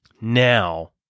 Now